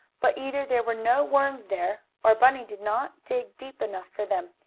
but either there were no worms there, or bunny did not dig deep enough for them,